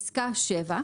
(7)